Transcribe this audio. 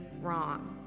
wrong